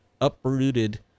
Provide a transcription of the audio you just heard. uprooted